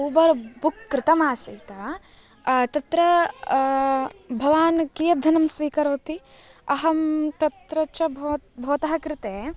Uber book कृतमासीत् तत्र भवान् कियद्धनं स्वीकरोति अहं तत्र च बव भवतः कृते